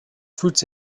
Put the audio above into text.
fruits